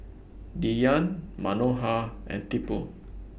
Dhyan Manohar and Tipu